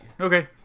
Okay